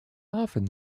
often